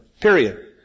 period